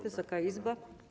Wysoka Izbo!